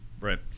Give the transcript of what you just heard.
Right